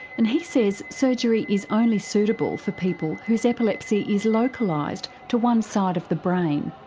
and he says surgery is only suitable for people whose epilepsy is localised to one side of the brain,